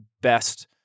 best